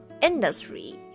industry